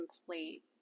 complete